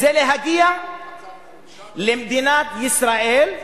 וזה להגיע למדינת ישראל,